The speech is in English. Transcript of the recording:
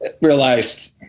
realized